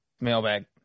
Mailbag